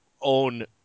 own